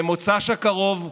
במוצ"ש הקרוב,